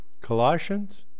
Colossians